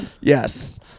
Yes